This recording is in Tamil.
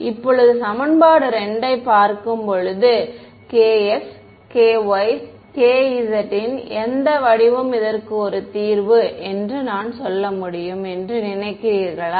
இப்போது சமன்பாடு 2 ஐப் பார்க்கும்போது kx ky kz இன் எந்த வடிவம் இதற்கு ஒரு தீர்வு என்று நான் சொல்ல முடியும் என்று நினைக்கிறீர்களா